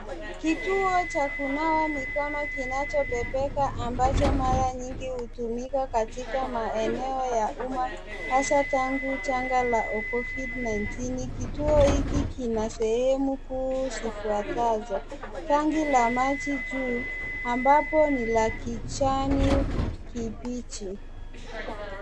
Kituo cha kunawa mikono kinachobebeka ambacho mara mingi hutumika katika maeneo ya umma hasa tangu janga la Covid-19 , kituo hiki kina sehemu kuu zifuatazo; tanki la maji juu, ambapo ni la kijani kibichi.